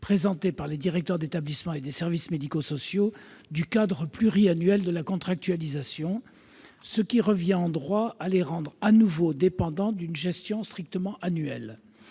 présentés par les directeurs d'établissements et de services sociaux et médico-sociaux du cadre pluriannuel de la contractualisation, ce qui revient en droit à les rendre de nouveau dépendants d'une gestion strictement annuelle.